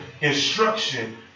instruction